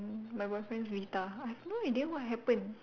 my boyfriend's Vita I've no idea what happened